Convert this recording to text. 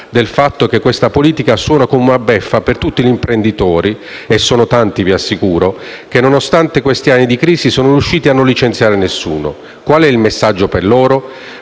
del fatto che questa politica suona come una beffa per tutti quegli imprenditori e - vi assicuro - e sono tanti che, nonostante questi anni di crisi, sono riusciti a non licenziare nessuno. Qual è il messaggio per loro?